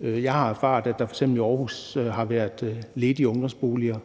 jeg har erfaret, at der f.eks. i Aarhus har været ledige ungdomsboliger.